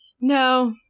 No